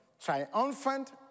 Triumphant